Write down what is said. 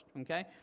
okay